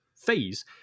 phase